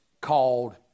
called